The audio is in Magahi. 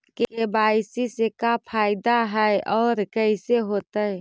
के.वाई.सी से का फायदा है और कैसे होतै?